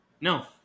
No